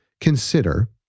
consider